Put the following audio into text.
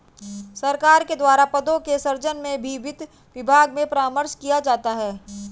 सरकार के द्वारा पदों के सृजन में भी वित्त विभाग से परामर्श किया जाता है